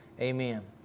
Amen